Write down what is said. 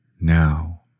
now